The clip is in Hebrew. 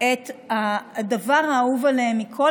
את הדבר האהוב עליהם מכול,